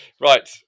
Right